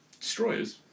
Destroyers